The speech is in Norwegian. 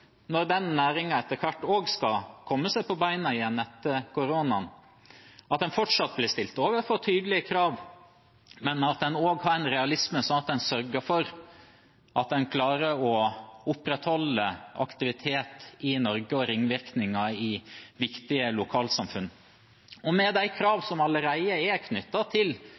når denne næringen etter hvert også skal komme seg på beina igjen etter koronaen, at en fortsatt blir stilt overfor tydelige krav, men at en også har en realisme, slik at en sørger for at en klarer å opprettholde aktivitet i Norge og ringvirkninger i viktige lokalsamfunn. Med de kravene som allerede er knyttet til